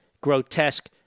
grotesque